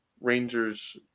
rangers